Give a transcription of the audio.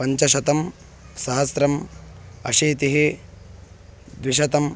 पञ्चशतं सहस्रम् अशीतिः द्विशतं